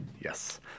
Yes